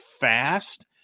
fast